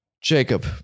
Jacob